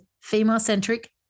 female-centric